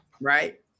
Right